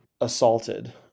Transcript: assaulted